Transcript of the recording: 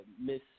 Miss